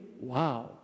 Wow